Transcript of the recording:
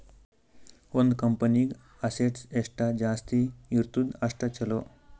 ಒಂದ್ ಕಂಪನಿಗ್ ಅಸೆಟ್ಸ್ ಎಷ್ಟ ಜಾಸ್ತಿ ಇರ್ತುದ್ ಅಷ್ಟ ಛಲೋ